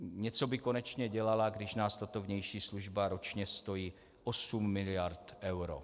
Něco by konečně dělala, když nás tato vnější služba ročně stojí 8 mld. eur.